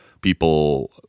People